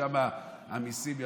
שם המיסים ירדו,